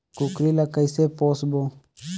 कूकरी ला कइसे पोसबो?